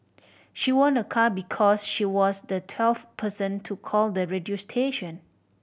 she won a car because she was the twelfth person to call the radio station